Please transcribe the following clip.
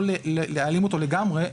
לא להעלים אותו לגמרי,